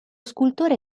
scultore